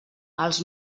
els